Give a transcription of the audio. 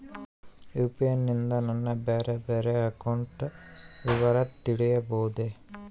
UPI ನಿಂದ ನನ್ನ ಬೇರೆ ಬೇರೆ ಬ್ಯಾಂಕ್ ಅಕೌಂಟ್ ವಿವರ ತಿಳೇಬೋದ?